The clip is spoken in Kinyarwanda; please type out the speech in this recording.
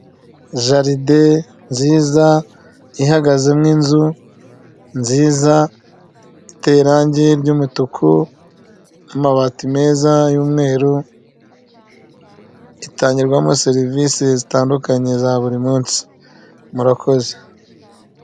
Jaride nziza ihagazemo inzu nziza, iteye irange ry'umutuku, n'amabati meza y'umweru, itangirwamo serivise zitandukanye za buri munsi murakoze.